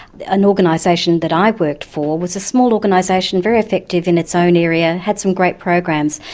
an organisation that i've worked for was a small organisation, very effective in its own area, had some great programs,